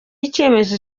icyemezo